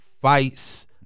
fights